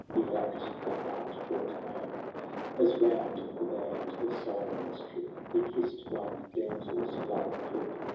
he lacked the heart or time as round the band of sirens trip. he kissed one damseps laughing lip,